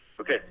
Okay